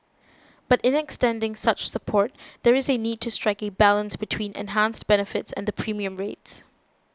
but in extending such support there is a need to strike a balance between enhanced benefits and the premium rates